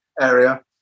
area